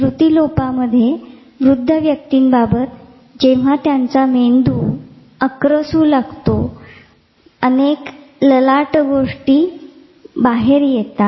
स्मृतीलोपामध्ये वृद्ध व्यक्तींबाबत जेंव्हा त्यांचा मेंदू आक्रसू लागतो अनेक ललाट गोष्टी बाहेर येतात